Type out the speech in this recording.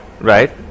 Right